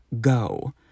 go